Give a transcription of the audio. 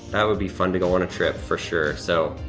that would be fun to go on a trip, for sure. so,